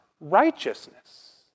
righteousness